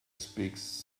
speaks